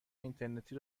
اینترنتی